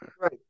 Right